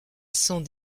sont